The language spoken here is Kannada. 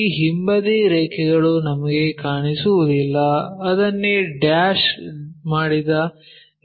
ಈ ಹಿಂಬದಿ ರೇಖೆಗಳು ನಮಗೆ ಕಾಣಿಸುವುದಿಲ್ಲ ಅದನ್ನೇ ಡ್ಯಾಶ್ ಮಾಡಿದ